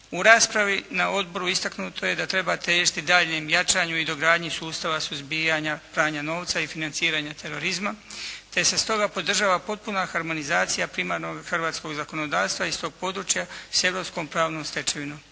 U raspravi na odboru istaknuto je da treba težiti daljnjem jačanju i dogradnji sustava suzbijanja pranja novca i financiranja terorizma te se stoga podržava potpuna harmonizacija primarnog hrvatskog zakonodavstva iz toga područja sa europskom pravnom stečevinom.